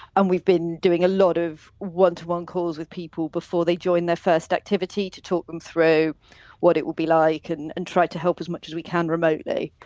and we've been doing a lot of one-to-one calls with people before they join their first activity to talk them through what it will be like and and try to help as much as we can remotely.